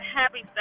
happy